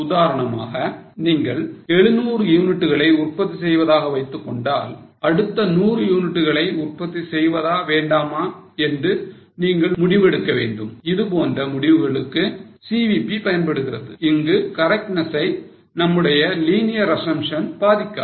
உதாரணமாக நீங்கள் 700 யூனிட்களை உற்பத்தி செய்வதாக வைத்துக் கொண்டால் அடுத்த 100 யூனிட்களை உற்பத்தி செய்வதா வேண்டாமா என்று நீங்கள் முடிவெடுக்க வேண்டும் இதுபோன்ற முடிவுகளுக்கு CVP பயன்படுகிறது இங்கு correctness ஐ நம்முடைய linear assumption பாதிக்காது